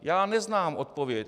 Já neznám odpověď.